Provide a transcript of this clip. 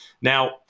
Now